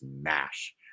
mash